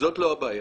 זאת לא הבעיה.